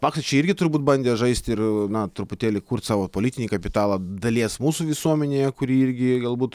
paksas čia irgi turbūt bandė žaist ir na truputėlį kurt savo politinį kapitalą dalies mūsų visuomenėje kuri irgi galbūt